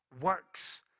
works